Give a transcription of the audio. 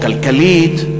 או כלכלית,